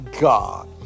God